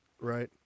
right